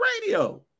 radio